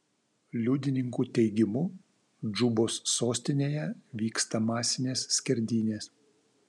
liudininkų teigimu džubos sostinėje vyksta masinės skerdynės